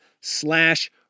slash